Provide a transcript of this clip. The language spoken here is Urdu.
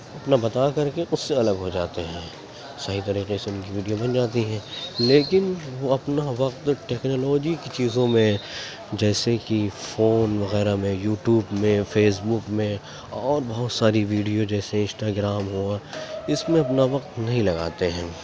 اپنا بتا کر کے اس سے الگ ہو جاتے ہیں سہی طریقے سے ان کی ویڈیو بن جاتی ہے لیکن وہ اپنا وقت ٹیکنالوجی کی چیزوں میں جیسے کہ فون وغیرہ میں یوٹیوب میں فیس بک میں اور بہت ساری ویڈیو جیسے انسٹاگرام ہوا اس میں اپنا وقت نہیں لگاتے ہیں